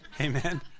Amen